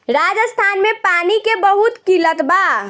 राजस्थान में पानी के बहुत किल्लत बा